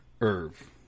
Irv